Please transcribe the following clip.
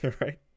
right